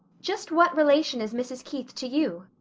just what relation is mrs. keith to you?